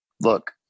look